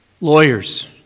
Lawyers